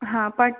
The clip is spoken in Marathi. हां पाट